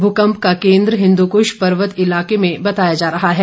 भूकम्प का केंद्र हिन्दुकुश पर्वत इलाके में बताया जा रहा है